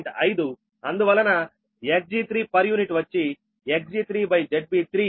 5 అందువలన Xg3పర్ యూనిట్ వచ్చి Xg3ZB3